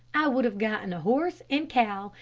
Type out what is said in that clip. i would have gotten a horse and cow,